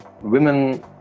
women